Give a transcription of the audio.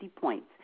points